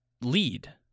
lead